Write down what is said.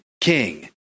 king